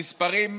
המספרים,